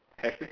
have you